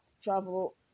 Travel